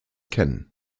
kennen